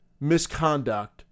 misconduct